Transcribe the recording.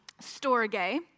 storge